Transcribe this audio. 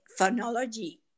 phonology